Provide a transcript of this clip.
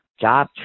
job